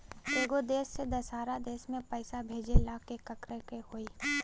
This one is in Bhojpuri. एगो देश से दशहरा देश मे पैसा भेजे ला का करेके होई?